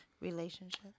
relationship